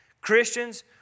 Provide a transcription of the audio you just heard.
Christians